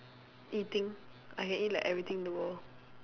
eating I can eat like everything in the world